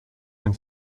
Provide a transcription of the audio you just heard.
den